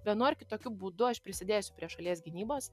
vienu ar kitokiu būdu aš prisidėsiu prie šalies gynybos